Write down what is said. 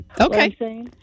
okay